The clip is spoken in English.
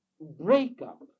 breakup